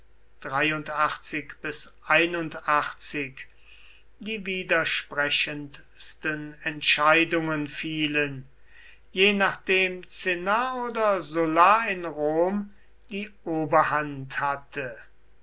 die widersprechendsten entscheidungen fielen je nachdem cinna oder sulla in rom die oberhand hatte